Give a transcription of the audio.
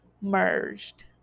merged